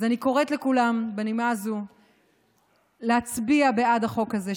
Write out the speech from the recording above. בנימה זו אני קוראת לכולם להצביע בעד החוק הזה,